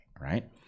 right